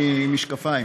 אני עם משקפיים.